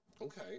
Okay